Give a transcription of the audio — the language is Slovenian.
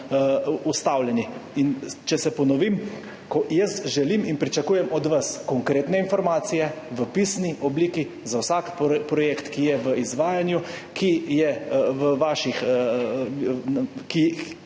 ustavljeni. Če ponovim, jaz želim in pričakujem od vas konkretne informacije v pisni obliki za vsak projekt, ki je v izvajanju, ki je pri vas